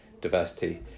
diversity